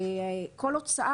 וכל הוצאה,